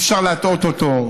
אי-אפשר להטעות אותו,